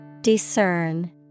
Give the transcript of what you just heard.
Discern